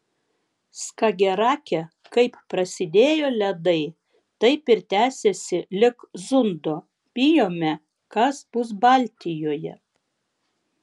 skagerake kaip prasidėjo ledai taip ir tęsiasi lig zundo bijome kas bus baltijoje